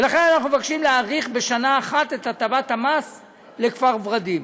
לכן אנחנו מבקשים להאריך בשנה אחת את הטבת המס לכפר ורדים.